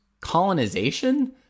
colonization